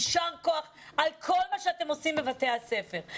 יישר כוח על כל מה שאתם עושים בבתי הספר.